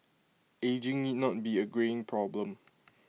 ageing need not be A greying problem